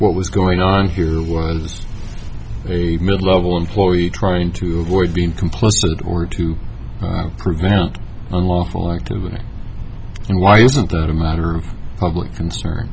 what was going on here was this a mid level employee trying to avoid being complicit or to prevent unlawful activity and why isn't that a matter of public concern